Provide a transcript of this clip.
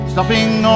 Stopping